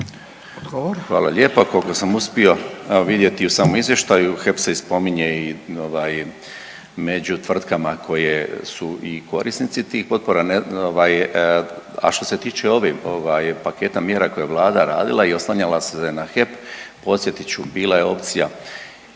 Hvala lijepa. Koliko sam uspio evo vidjeti u samom izvještaju HEP se spominje i među tvrtkama koje su i korisnici tih potpora. A što se tiče ovih paketa mjera koje je Vlada radila i oslanjala se na HEP podsjetit ću bila je opcija